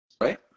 right